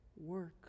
work